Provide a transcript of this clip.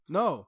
no